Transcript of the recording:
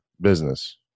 business